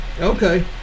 Okay